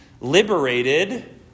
liberated